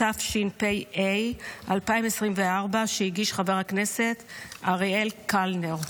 התשפ"ה 2024, שהגיש חבר הכנסת אריאל קלנר.